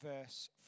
verse